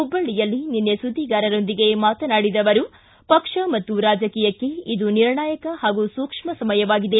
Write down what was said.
ಹುಬ್ವಳ್ಳಿಯಲ್ಲಿ ನಿನ್ನೆ ಸುದ್ದಿಗಾರರೊಂದಿಗೆ ಮಾತನಾಡಿದ ಅವರು ಪಕ್ಷ ಮತ್ತು ರಾಜಕೀಯಕ್ಕೆ ಇದು ನಿರ್ಣಾಯಕ ಹಾಗೂ ಸೂಕ್ಷ್ಮ ಸಮಯವಾಗಿದೆ